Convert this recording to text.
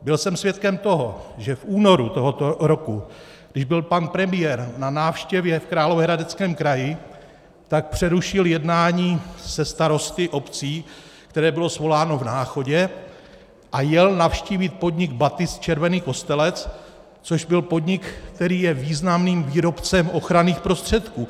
Byl jsem svědkem toho, že v únoru tohoto roku, když byl pan premiér na návštěvě v Královéhradeckém kraji, přerušil jednání se starosty obcí, které bylo svoláno v Náchodě, a jel navštívit podnik Batist Červený Kostelec, což byl podnik, který je významným výrobcem ochranných prostředků.